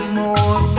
more